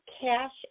cash